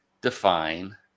define